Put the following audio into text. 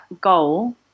goal